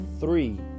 three